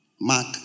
Mark